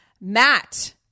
Matt